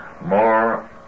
More